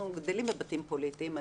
אנחנו גדלים בבתים פוליטיים,